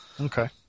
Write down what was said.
Okay